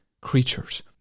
creatures